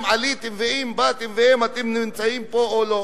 עליתם ואם באתם ואם אתם נמצאים פה או לא.